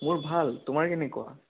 মোৰ ভাল তোমাৰ কেনেকুৱা